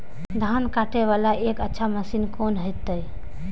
धान कटे वाला एक अच्छा मशीन कोन है ते?